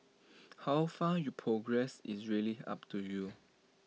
how far you progress is really up to you